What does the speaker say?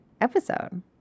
episode